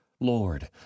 Lord